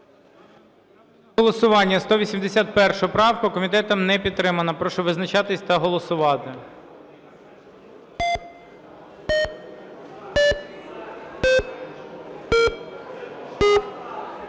голосування 181 правку. Комітетом не підтримана. Прошу визначатися та голосувати.